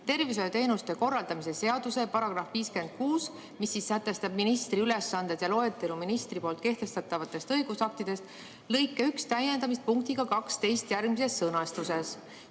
tervishoiuteenuste korraldamise seaduse § 56, mis sätestab ministri ülesanded ja loetelu ministri kehtestatavatest õigusaktidest, lõike 1 täiendamist punktiga 12 järgmises sõnastuses: